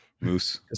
moose